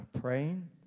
praying